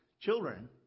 children